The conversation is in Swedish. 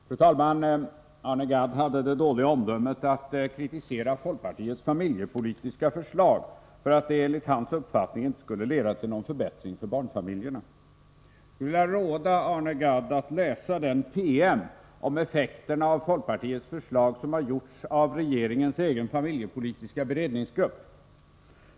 Fru talman! Arne Gadd hade det dåliga omdömet att kritisera folkpartiets familjepolitiska förslag för att det enligt hans uppfattning inte skulle leda till någon förbättring för barnfamiljerna. Jag skulle vilja råda Arne Gadd att läsa den PM om effekterna av folkpartiets förslag som har upprättats av regeringens egen familjepolitiska beredningsgrupp.